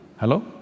Hello